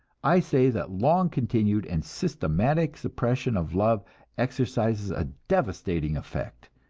i say that long continued and systematic suppression of love exercises a devastating effect,